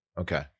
Okay